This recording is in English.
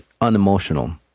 unemotional